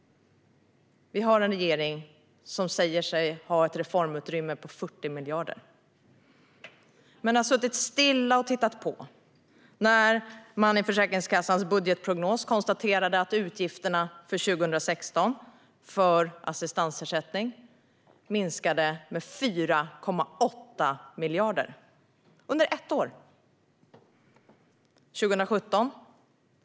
Vi har en regering som säger sig ha ett reformutrymme på 40 miljarder men som satt stilla och tittade på när man i Försäkringskassans budgetprognos konstaterade att utgifterna för assistansersättning minskade med 4,8 miljarder under 2016.